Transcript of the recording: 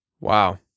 Wow